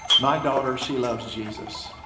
my daughter, she loves jesus.